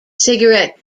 cigarette